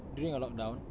during a lockdown